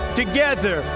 together